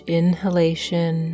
inhalation